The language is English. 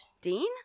Dean